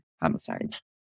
homicides